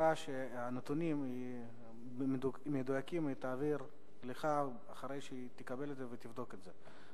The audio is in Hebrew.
אמרה שנתונים מדויקים היא תעביר לך אחרי שהיא תקבל את זה ותבדוק את זה.